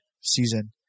season